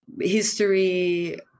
history